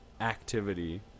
activity